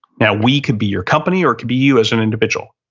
now, we could be your company or it could be you as an individual.